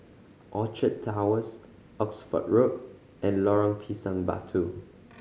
Orchard Towers Oxford Road and Lorong Pisang Batu